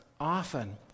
often